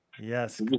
Yes